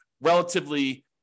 relatively